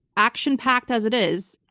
action-packed as it is,